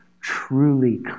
truly